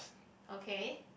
okay